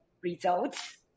results